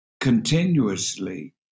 continuously